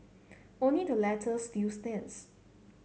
only the latter still stands